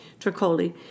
Tricoli